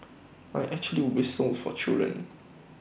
I actually whistle for children